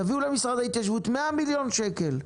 תביאו למשרד ההתיישבות 100 מיליון שקל,